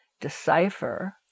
decipher